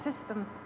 system